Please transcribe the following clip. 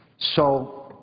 so